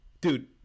Dude